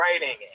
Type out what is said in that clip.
writing